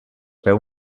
veu